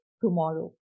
tomorrow